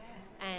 Yes